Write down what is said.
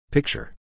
Picture